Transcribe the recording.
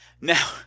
Now